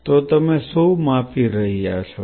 તો તમે શું માપી રહ્યા છો